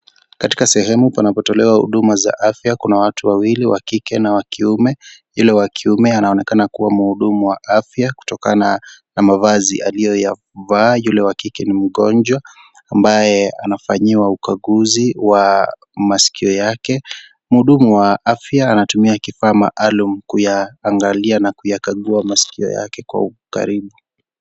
Katika sehemu panapotolewa huduma za afya kuna watu wawili wa kike na wakiume yule wa kiume anaonekana kua muhudumu wa afya kutokana na mavazi aliyoyavaa, yule wakike ni mgonjwa ambaye anafanyiwa ukaguzi wa maskio yake, muhudumu wa afya anatumia kifaa maalum kuyaangalia na kuyakagua maskio yake kwa ukaribu.